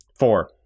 four